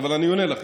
אבל אני עונה לכם.